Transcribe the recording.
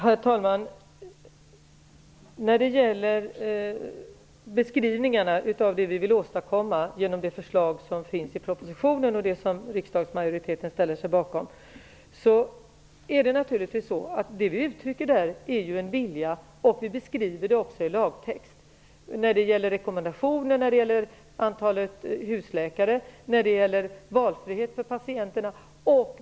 Herr talman! Genom det förslag som finns i propositionen och det som riksdagsmajoriteten ställer sig bakom uttrycker vi en vilja. Vi beskriver det också i lagtext. Det gäller rekommendationer, antalet husläkare och valfrihet för patienterna.